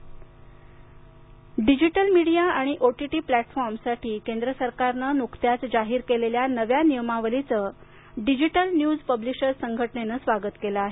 digital media आणि OTT digital media आणि OTT platforms साठी केंद्र सरकारनं नुकत्याच जाहीर केलेल्या नव्या नियमावलीचं डिजिटल न्यूज पब्लिशर्स संघटनेनं स्वागत केलं आहे